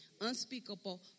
unspeakable